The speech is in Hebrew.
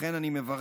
לכן אני מברך,